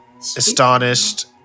astonished